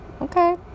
okay